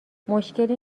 مشکلی